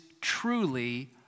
truly